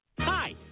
Hi